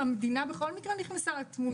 המדינה בכל מקרה נכנסה לתמונה.